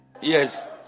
Yes